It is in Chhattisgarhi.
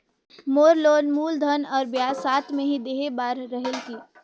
मोर लोन मूलधन और ब्याज साथ मे ही देहे बार रेहेल की?